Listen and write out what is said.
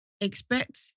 expect